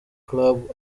club